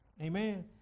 Amen